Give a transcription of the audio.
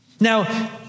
Now